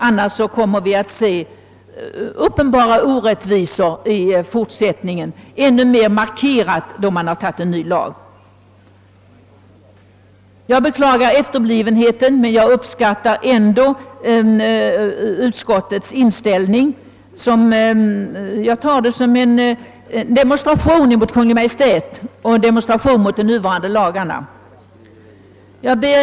Annars kommer vi i fortsättningen att få se uppenbara orättvisor, och det kommer att bli ännu mer markerat då en ny lag antagits. Jag beklagar efterblivenheten men jag uppskattar ändå utskottets inställning. Jag tar den som en demonstration mot Kungl. Maj:t och mot de nuvarande lagarna. Herr talman!